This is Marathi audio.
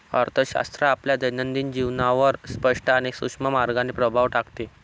अर्थशास्त्र आपल्या दैनंदिन जीवनावर स्पष्ट आणि सूक्ष्म मार्गाने प्रभाव टाकते